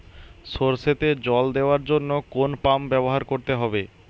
সরষেতে জল দেওয়ার জন্য কোন পাম্প ব্যবহার করতে হবে?